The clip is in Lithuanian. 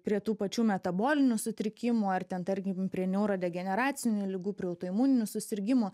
prie tų pačių metabolinių sutrikimų ar ten tarkim prie neurodegeneracinių ligų prie autoimuninių susirgimų